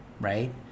right